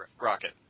Rocket